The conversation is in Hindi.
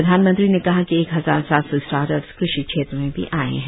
प्रधानमंत्री ने कहा कि एक हजार सात सौ स्टार्टअप्स क़षि क्षेत्र में भी आए हैं